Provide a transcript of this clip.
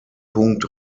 punkt